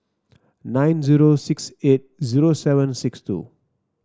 nine zero six eight zero seven six two